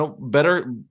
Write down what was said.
better